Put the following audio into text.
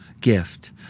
gift